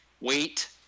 wait